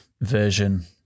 version